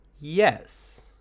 Yes